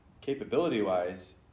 capability-wise